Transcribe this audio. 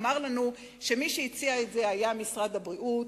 אמר לנו שמי שהציע את זה היה משרד הבריאות.